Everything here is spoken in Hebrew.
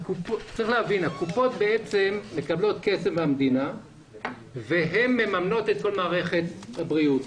הקופות מקבלות כסף מהמדינה והן מממנות את כל מערכת הבריאות.